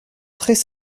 très